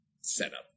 setup